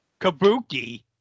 Kabuki